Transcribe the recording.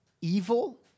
evil